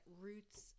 roots